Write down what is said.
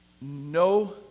no